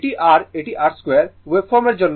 এটি r এটি r2 ওয়েভফর্মের জন্য